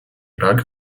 ирак